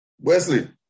Wesley